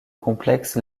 complexe